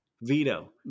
Veto